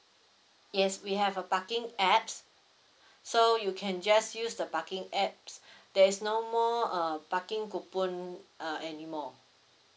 yes we have a parking apps so you can just use the parking apps there is no more uh parking coupon uh anymore